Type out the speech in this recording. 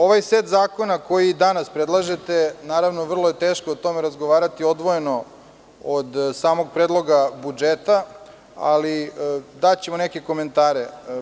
Ovaj set zakona koji danas predlažete, naravno, vrlo je teško o tome razgovarati odvojeno od samog Predloga budžeta, ali daćemo neke komentare.